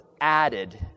added